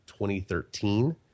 2013